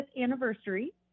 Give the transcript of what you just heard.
anniversary